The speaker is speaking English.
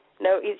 No